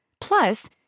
Plus